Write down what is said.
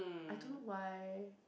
I don't know why